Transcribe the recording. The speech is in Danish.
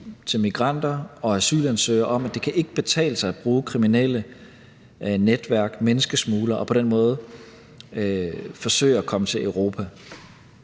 til migranter og asylansøgere om, at det ikke kan betale sig at bruge kriminelle netværk, menneskesmuglere, og på den måde forsøge at komme til Europa.